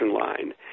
line